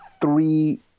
three –